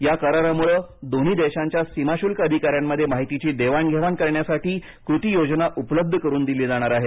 या करारामुळे दोन्ही देशांच्या सीमाशुल्क अधिका यांमध्ये माहितीची देवाण घेवाण करण्यासाठी कृती योजना उपलब्ध करून दिली जाणार आहे